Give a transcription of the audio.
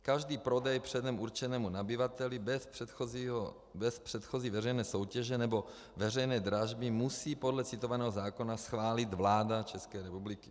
Každý prodej předem určenému nabyvateli bez předchozí veřejné soutěže nebo veřejné dražby musí podle citovaného zákona schválit vláda České republiky.